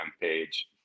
page